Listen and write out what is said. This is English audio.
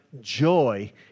joy